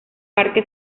parque